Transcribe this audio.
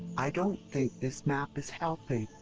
i don't think this map is helping.